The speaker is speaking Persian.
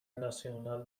ناسیونال